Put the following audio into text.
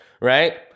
right